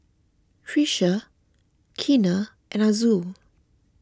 Trisha Keena and Azul